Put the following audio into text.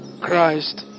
Christ